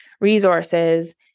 Resources